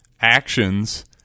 actions